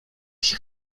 się